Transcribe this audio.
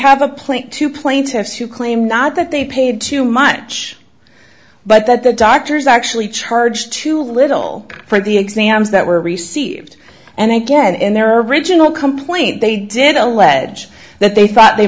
have a point to plaintiffs who claim not that they paid too much but that the doctors actually charged too little for the exams that were received and again in their original complaint they did allege that they thought they